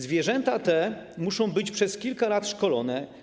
Zwierzęta te muszą być przez kilka lat szkolone.